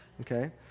Okay